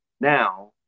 now